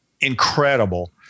incredible